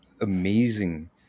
amazing